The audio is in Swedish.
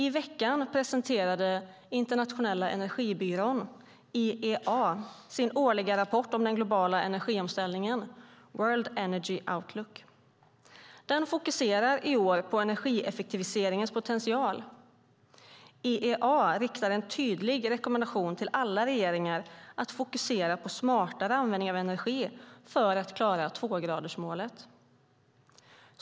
I veckan presenterade Internationella energibyrån IEA sin årliga rapport om den globala energiomställningen, World Energy Outlook . Den fokuserar i år på energieffektiviseringens potential. IEA riktar en tydlig rekommendation till alla regeringar att fokusera på smartare användning av energi för att klara tvågradersmålet.